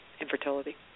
infertility